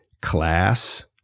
class